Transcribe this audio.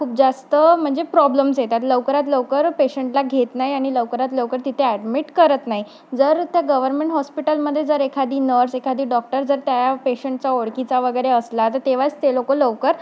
खूप जास्त म्हणजे प्रॉब्लेम्स येतात लवकरात लवकर पेशंटला घेत नाही आणि लवकरात लवकर तिथे ॲडमिट करत नाही जर त्या गव्हर्मेंट हॉस्पिटलमध्ये जर एखादी नर्स एखादी डॉक्टर जर त्या पेशंटचा ओळखीचा वगैरे असला तर तेव्हाच ते लोक लवकर